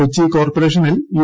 കൊച്ചി കോർപ്പറേഷനിൽ യു